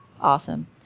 awesome